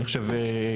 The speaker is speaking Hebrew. אני חושב,